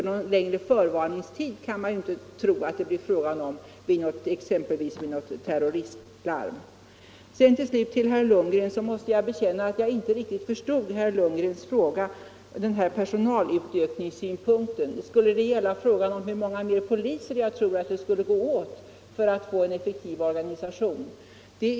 Någon längre förvarningstid kan man ju inte tro att det blir fråga om vid exempelvis ett terroristlarm. Jag måste till slut bekänna att jag inte riktigt förstod herr Lundgrens fråga om personalutökningen. Skulle den gälla hur många fler poliser jag tror att det skulle gå åt för att få en effektiv organisation?